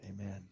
Amen